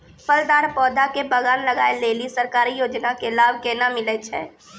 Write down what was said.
फलदार पौधा के बगान लगाय लेली सरकारी योजना के लाभ केना मिलै छै?